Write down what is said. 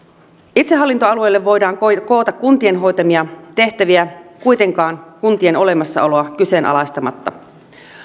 itsehallintoalueille voidaan koota kuntien hoitamia tehtäviä kuitenkaan kuntien olemassaoloa kyseenalaistamatta